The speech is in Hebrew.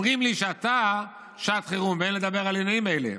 אומרים לי שעתה שעת חירום ואין לדבר על עניינים אלה,